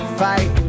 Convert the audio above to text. fight